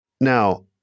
Now